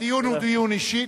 הדיון הוא דיון אישי.